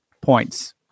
points